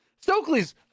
Stokely's